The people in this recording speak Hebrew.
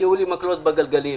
יתקעו לי מקלות בגלגלים.